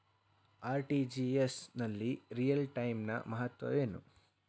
RTGS ನಲ್ಲಿ real time ನ ಮಹತ್ವವೇನು?